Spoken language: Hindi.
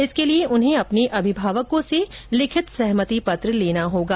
इसके लिए उन्हें अपने अभिभावकों से लिखित सहमति पत्र लेना होगा